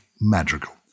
magical